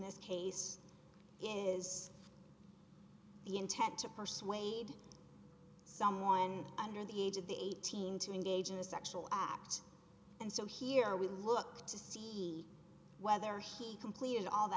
this case is the intent to persuade someone under the age of the eighteen to engage in a sexual act and so here we look to see whether he completed all the